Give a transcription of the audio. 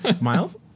Miles